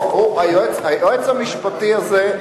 היועץ המשפטי הזה,